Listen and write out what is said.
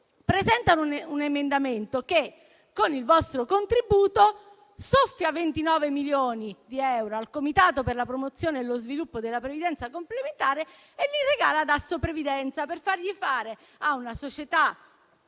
presentano un emendamento che con il vostro contributo soffia 29 milioni di euro al Comitato per la promozione e lo sviluppo della previdenza complementare e li regala ad Assoprevidenza, facendo fare a una società